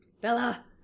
Bella